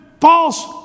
false